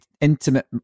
intimate